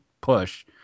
push